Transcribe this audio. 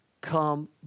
come